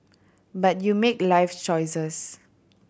but you make life's choices